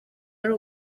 ari